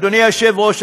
אדוני היושב-ראש,